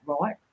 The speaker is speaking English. right